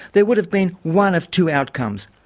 there would have been one of two outcomes.